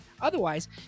Otherwise